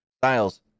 Styles